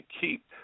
keep